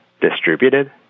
distributed